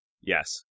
Yes